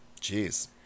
jeez